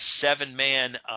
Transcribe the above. seven-man